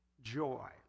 joy